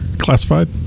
Classified